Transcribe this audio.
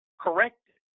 corrected